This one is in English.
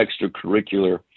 extracurricular